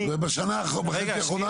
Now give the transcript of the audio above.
בשנה וחצי האחרונה?